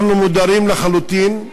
אנחנו מודרים לחלוטין,